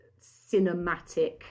cinematic